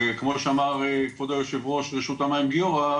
וכמו שאמר כבוד היו"ר רשות המים גיורא,